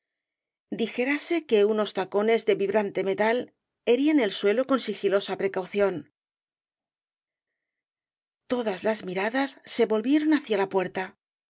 sonoros dijérase que unos tacones de vibrante metal herían el suelo con sigilosa precaución todas las miradas se volvieron hacia la puerta un